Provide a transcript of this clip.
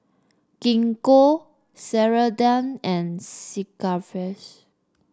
Gingko Ceradan and Sigvaris